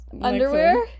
Underwear